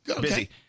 Busy